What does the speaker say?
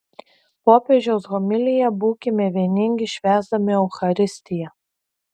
popiežiaus homilija būkime vieningi švęsdami eucharistiją